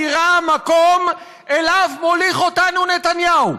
נראה המקום שאליו מוליך אותנו נתניהו.